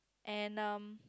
and um